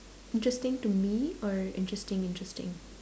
interesting to me or interesting interesting